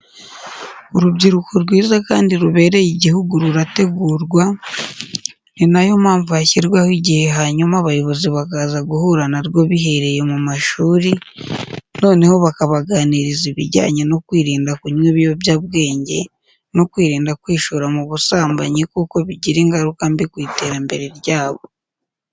Urubyiruko rwiza kandi rubereye igihugu rurategurwa, ni na yo mpamvu hashyirwaho igihe hanyuma abayobozi bakaza guhura na rwo bihereye mu mashuri, noneho bakabaganiriza ibijyanye no kwirinda kunywa ibiyobyabwenge, no kwirinda kwishora mu busambanyi kuko bigira ingaruka mbi ku iterambere ryabo.